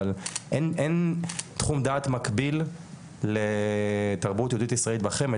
אבל אין תחום דעת מקביל לתרבות יהודית ישראלית בחמד,